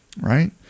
Right